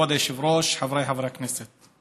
כבוד היושב-ראש, חבריי חברי הכנסת,